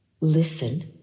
listen